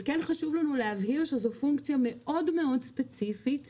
אבל כן חשוב לנו להבהיר שזו פונקציה מאוד מאוד ספציפית שהיא,